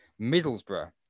Middlesbrough